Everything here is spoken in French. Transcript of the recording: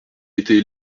était